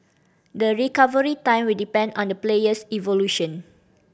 the recovery time will depend on the player's evolution